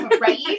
Right